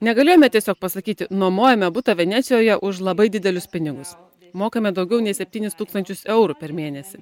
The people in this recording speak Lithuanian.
negalėjome tiesiog pasakyti nuomojome butą venecijoje už labai didelius pinigus mokame daugiau nei septynis tūkstančius eurų per mėnesį